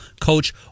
coach